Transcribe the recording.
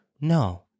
No